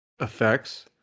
effects